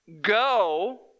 go